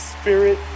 Spirit